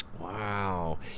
wow